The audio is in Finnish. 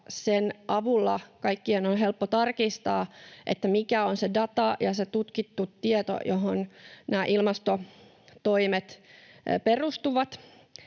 sen avulla kaikkien on helppo tarkistaa, mikä on se data ja se tutkittu tieto, johon nämä ilmastotoimet perustuvat.